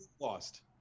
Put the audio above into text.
Lost